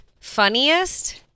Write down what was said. Funniest